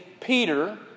Peter